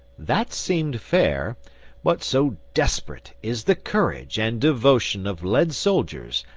that seemed fair but so desperate is the courage and devotion of lead soldiers,